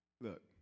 Look